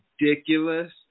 ridiculous